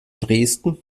dresden